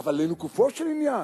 אבל לגופו של עניין,